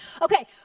Okay